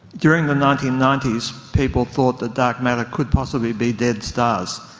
during the nineteen ninety s people thought that dark matter could possibly be dead stars,